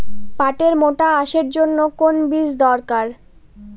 পাটের মোটা আঁশের জন্য কোন বীজ দরকার?